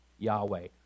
Yahweh